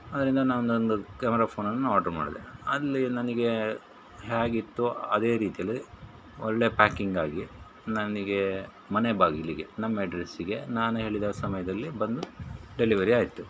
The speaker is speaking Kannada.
ಅದರಿಂದ ನಾನು ಒಂದು ಕ್ಯಾಮೆರಾ ಫೋನನ್ನು ಆರ್ಡ್ರು ಮಾಡಿದೆ ಅಲ್ಲಿ ನನಗೆ ಹೇಗಿತ್ತು ಅದೇ ರೀತಿಯಲ್ಲಿ ಒಳ್ಳೆಯ ಪ್ಯಾಕಿಂಗ್ ಆಗಿ ನನಗೆ ಮನೆ ಬಾಗಿಲಿಗೆ ನಮ್ಮ ಎಡ್ರೆಸಿಗೆ ನಾನು ಹೇಳಿದ ಸಮಯದಲ್ಲಿ ಬಂದು ಡೆಲಿವರಿ ಆಯಿತು